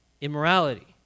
immorality